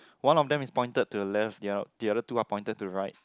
one of them is pointed to the left the oth~ the other two are pointed to right